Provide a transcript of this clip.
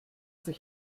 sich